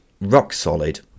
rock-solid